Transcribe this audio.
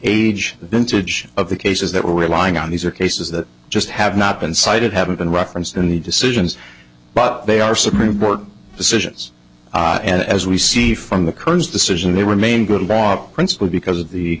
age of the cases that we're relying on these are cases that just have not been cited haven't been referenced in the decisions but they are supreme court decisions and as we see from the kerns decision they remain gridlocked principally because of the